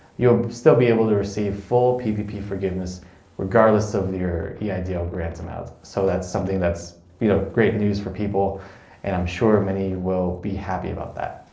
you'll still be able to receive full ppp forgiveness regardless of your yeah eidl grant amount. so that's something that's you know, great news for people and i'm sure many will be happy about that.